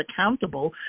accountable